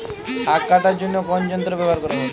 আঁখ কাটার জন্য কোন যন্ত্র ব্যাবহার করা ভালো?